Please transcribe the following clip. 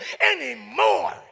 anymore